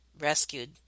rescued